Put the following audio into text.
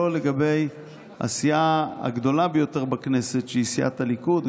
לא לגבי הסיעה הגדולה ביותר בכנסת שהיא סיעת הליכוד,